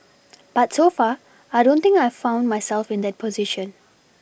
but so far I don't think I've found myself in that position